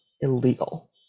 illegal